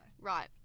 Right